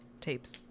tapes